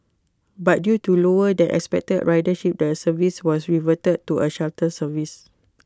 but due to lower than expected ridership the service was reverted to A shuttle service